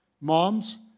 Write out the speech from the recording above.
Moms